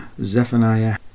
Zephaniah